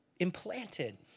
implanted